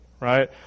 right